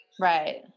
right